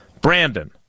Brandon